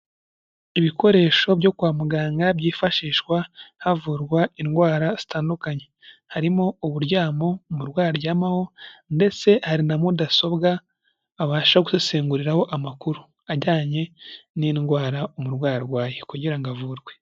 Ibikoresho byo kwa muganga byifashishwa havurwa indwara zitandukanye, harimo uburyamo umurwayi aryamaho, ndetse hari na mudasobwa abasha gusesenguriraho amakuru ajyanye n'indwara umurwayi arwaye kugirango avurwe.